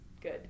good